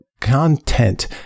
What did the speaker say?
content